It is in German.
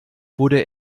wurde